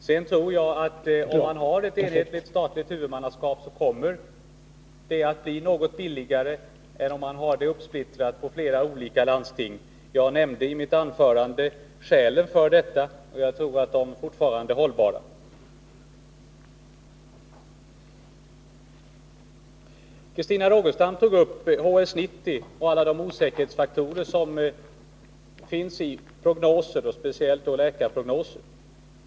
Sedan tror jag att om man har ett enhetligt statligt huvudmannaskap, så kommer det att bli något billigare än om man har huvudmannaskapet uppsplittrat på olika landsting. Jag nämnde i mitt huvudanförande skälen för detta, och jag tror att de är hållbara. Christina Rogestam tog upp HS 90 och alla de osäkerhetsfaktorer som finns i prognoser och då speciellt i läkarprognoser.